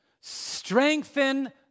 Strengthen